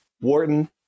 Wharton